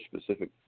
specific